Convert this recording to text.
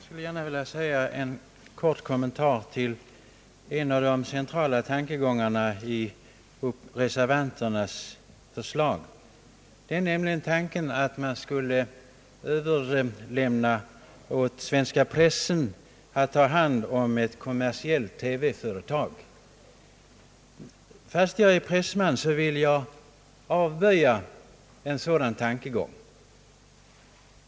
Herr talman! Jag skulle vilja göra en kort kommentar till en av de centrala tankegångarna i reservanternas förslag, nämligen tanken att svenska pressen skulle ta hand om ett kommersiellt TV företag. Fastän jag är pressman vill jag avstyrka ett sådant förslag.